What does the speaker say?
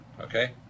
Okay